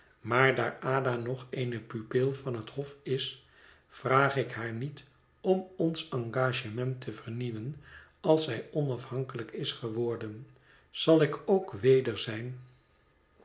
maar daar ada nog eene pupil van het hof is vraag ik haar niet om ons engagement te vernieuwen als zij onafhankelijk is geworden zal ik ook weder zijn